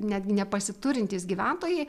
netgi nepasiturintys gyventojai